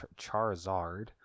Charizard